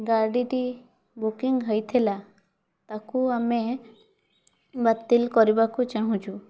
ଗାଡ଼ିଟି ବୁକିଂ ହେଇଥିଲା ତାକୁ ଆମେ ବାତିଲ କରିବାକୁ ଚାହୁଁଛୁ